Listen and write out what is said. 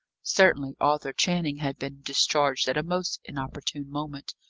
certainly, arthur channing had been discharged at a most inopportune moment,